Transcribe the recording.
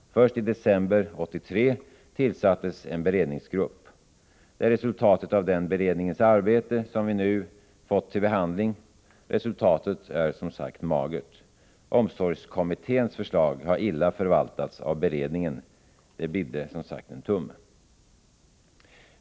Först i december 1983 tillsattes en beredningsgrupp. Det är resultatet av den beredningens arbete, som vi nu fått till behandling. Resultatet är som sagt magert. Omsorgskommitténs förslag har illa förvaltats av beredningen. Det bidde som sagt en tumme.